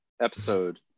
Episode